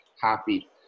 happy